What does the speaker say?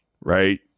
right